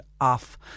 off